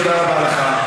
תודה רבה לך.